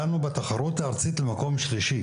הגענו לתחרות הארצית במקום שלישי.